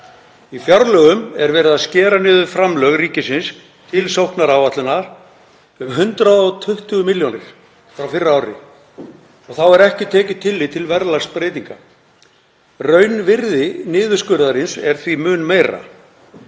Í fjárlögum er verið að skera niður framlög ríkisins til sóknaráætlunar um 120 milljónir frá fyrra ári. Þá er ekki tekið tillit til verðlagsbreytinga. Raunvirði niðurskurðarins er því mun meira.